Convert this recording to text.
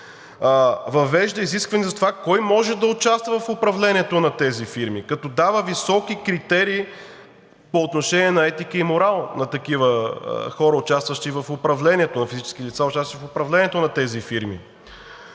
въвежда изискване за това кой може да участва в управлението на тези фирми, като дава високи критерии по отношение на етиката и морала на такива хора – физическите лица, участващи в управлението на тези фирми;